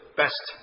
best